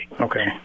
Okay